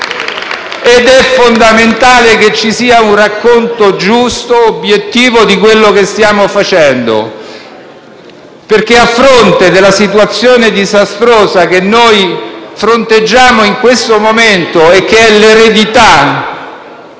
È fondamentale allora che ci sia un racconto giusto e obiettivo di quello che stiamo facendo perché, dinanzi alla situazione disastrosa che stiamo fronteggiando in questo momento, che è l'eredità